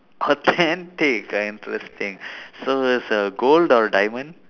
authentic ah interesting so it's a gold or diamond